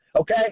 okay